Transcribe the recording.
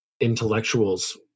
intellectuals